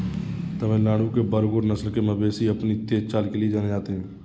तमिलनाडु के बरगुर नस्ल के मवेशी अपनी तेज चाल के लिए जाने जाते हैं